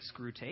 Screwtape